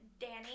Danny